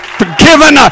forgiven